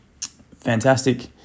Fantastic